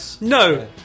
No